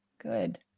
good